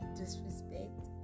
disrespect